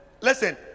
listen